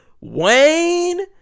Wayne